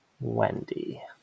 Wendy